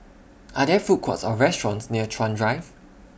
Are There Food Courts Or restaurants near Chuan Drive